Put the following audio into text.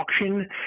auction